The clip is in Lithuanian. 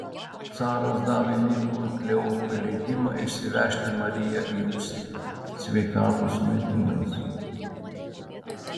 caras davė mykolui kleopui leidimą išsivežti mariją į užsienį sveikatos sumetimais